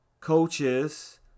coaches